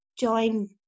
Join